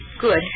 Good